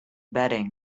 bedding